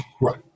Right